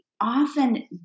often